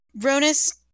Ronus